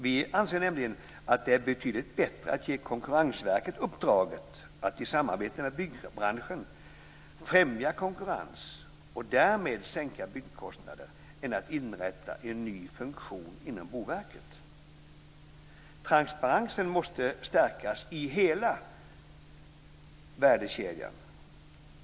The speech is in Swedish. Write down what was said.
Vi anser nämligen att det är betydligt bättre att ge Konkurrensverket uppdraget att i samarbete med byggbranschen främja konkurrens och därmed sänkta byggkostnader än att inrätta en ny funktion inom Boverket. Transparensen måste stärkas i hela värdekedjan.